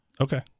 Okay